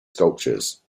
sculptures